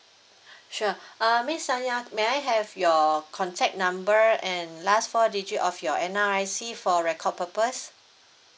sure uh miss sanyah may I have your contact number and last four digit of your N_R_I_C for record purpose